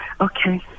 Okay